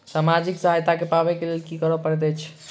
सामाजिक सहायता पाबै केँ लेल की करऽ पड़तै छी?